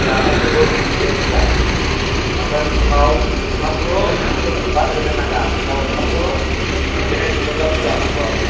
जानायफोरखौ लिमिटेद जा ओमफ्राय फुङाव ओंखामखौ बाद होनो नाङा फुङाव ओंखामखौ जेने थेनेब्लाबो जानांगौ आरो